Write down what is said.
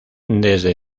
desde